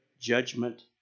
judgment